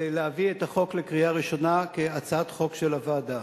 להביא את החוק לקריאה ראשונה כהצעת חוק של הוועדה.